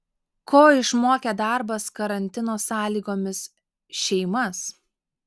ko išmokė darbas karantino sąlygomis šeimas